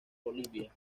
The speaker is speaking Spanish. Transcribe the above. bolivia